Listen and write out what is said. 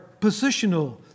positional